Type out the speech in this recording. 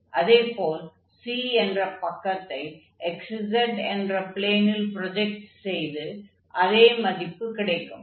அதே போல் C என்ற பக்கத்தை xz என்ற ப்ளேனில் ப்ரொஜக்ட் செய்தால் அதே மதிப்பு கிடைக்கும்